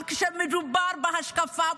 אבל כשמדובר בהשקפה פוליטית,